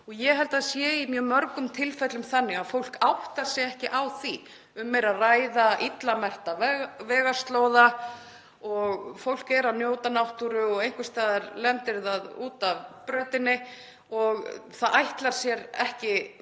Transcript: Ég held að það sé í mjög mörgum tilfellum þannig að fólk áttar sig ekki á þessu. Um er að ræða illa merkta vegarslóða. Fólk er að njóta náttúru og einhvers staðar lendir það út af brautinni og það ætlar sér ekki að